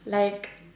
like